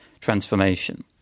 transformation